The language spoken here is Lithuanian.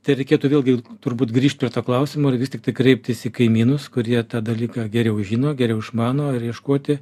tai reikėtų vėlgi turbūt grįžt prie to klausimo ar vis tiktai kreiptis į kaimynus kurie tą dalyką geriau žino geriau išmano ir ieškoti